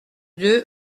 deux